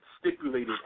stipulated